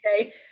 okay